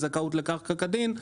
זכאות לקרקע כדין.